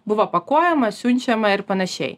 buvo pakuojama siunčiama ir panašiai